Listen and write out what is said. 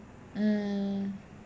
mm